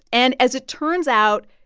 and as it turns out,